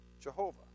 Jehovah